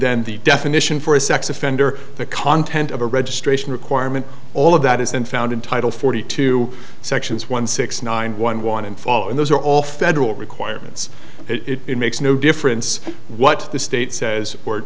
then the definition for a sex offender the content of a registration requirement all of that is then found in title forty two sections one six nine one one and following those are all federal requirements it makes no difference what the state says support